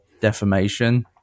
defamation